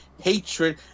hatred